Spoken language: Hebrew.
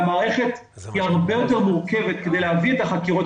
המערכת היא הרבה יותר מורכבת כדי להביא את החקירות